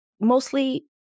mostly